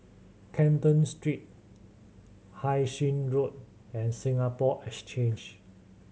Canton Street Hai Sing Road and Singapore Exchange